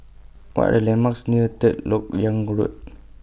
What Are The landmarks near Third Lok Yang Road